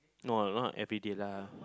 no lah not everyday lah